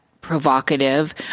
provocative